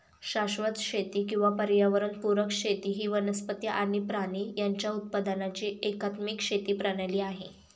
शाश्वत शेती किंवा पर्यावरण पुरक शेती ही वनस्पती आणि प्राणी यांच्या उत्पादनाची एकात्मिक शेती प्रणाली आहे